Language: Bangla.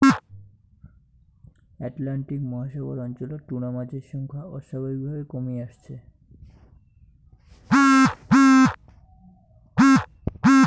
অ্যাটলান্টিক মহাসাগর অঞ্চলত টুনা মাছের সংখ্যা অস্বাভাবিকভাবে কমি আসছে